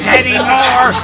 anymore